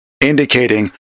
indicating